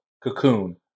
cocoon